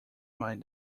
mind